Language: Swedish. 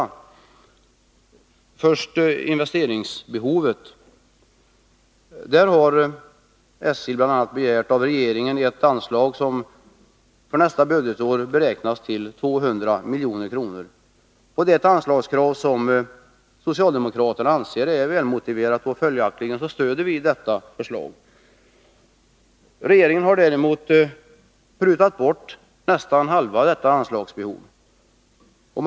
Jag vill börja med investeringsbehovet. SJ har av regeringen bl.a. begärt ett anslag som för nästa budgetår beräknas till 200 milj.kr. Det är ett anslagskrav som socialdemokraterna anser välmotiverat. Följaktligen stöder vi detta förslag. Regeringen har däremot prutat bort nästan halva detta äskade anslag.